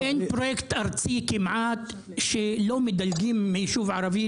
כמעט ואין פרויקט ארצי שלא מדלגים בו על יישוב ערבי,